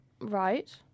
Right